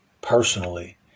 personally